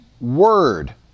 word